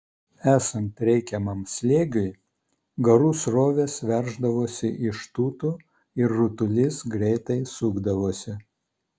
esant reikiamam slėgiui garų srovės verždavosi iš tūtų ir rutulys greitai sukdavosi